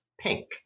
pink